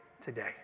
today